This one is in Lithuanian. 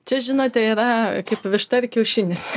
čia žinote yra kaip višta ir kiaušinis